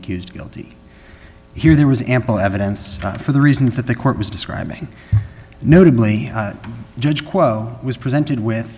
accused guilty here there was ample evidence that for the reasons that the court was describing notably judge quot was presented with